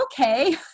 okay